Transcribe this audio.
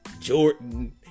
Jordan